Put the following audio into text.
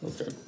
Okay